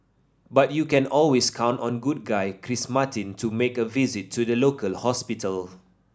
but you can always count on good guy Chris Martin to make a visit to the local hospital